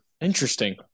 Interesting